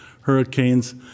hurricanes